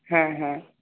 হ্যাঁ হ্যাঁ